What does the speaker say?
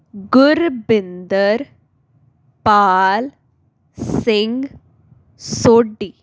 Gurbinder Pal Singh Sodhi